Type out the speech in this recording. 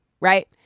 right